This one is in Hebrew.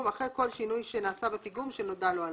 אחרי כל שינוי שנעשה בפיגום שנודע לו עליו.